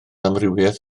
amrywiaeth